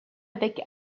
avec